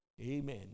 Amen